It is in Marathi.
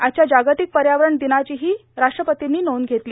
आजघ्या जागतिक पर्यावरण दिनाघीही राष्ट्रपतींनी नोंद घेतली